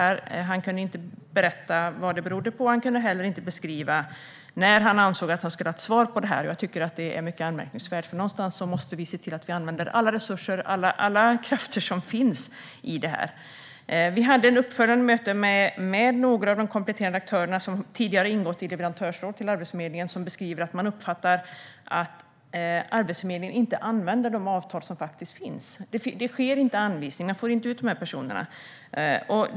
Han kunde inte berätta vad det berodde på. Han kunde heller inte beskriva när han ansåg att han skulle ha ett svar på det. Jag tycker att det är mycket anmärkningsvärt. Någonstans måste vi se till att vi använder alla resurser och alla krafter som finns i detta. Vi hade ett uppföljande möte med några av de kompletterande aktörer som tidigare ingått i leverantörsråd till Arbetsförmedlingen. De beskriver att de uppfattar att Arbetsförmedlingen inte använder de avtal som finns. Det sker inte anvisningar. Man får inte ut dessa personer.